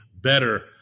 Better